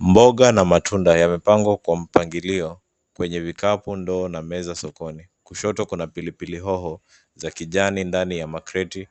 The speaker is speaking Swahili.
Mboga na matunda, yamepangwa kwa mpangilio kwenye vikapu, ndoo na meza sokoni. Kushoto kuna pilipili hoho za kijani ndani ya makreti